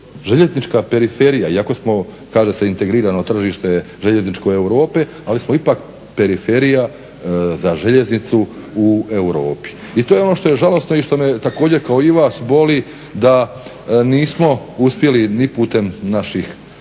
željeznička periferija iako smo kaže se integrirano tržište željezničko Europe ali smo ipak periferija za željeznicu u Europi. I to je ono što je žalosno i što me također kao i vas boli da nismo uspjeli ni putem naših